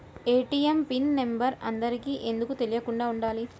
ATM PIN number అందరికి ఎందుకు తెలియకుండా ఉండాలి?